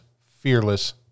fearless